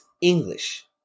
English